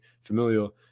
familial